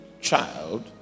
child